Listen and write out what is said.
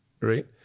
right